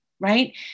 right